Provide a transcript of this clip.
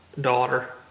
daughter